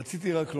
רציתי רק לומר,